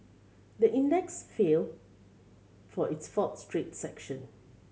the index fell for its fourth straight session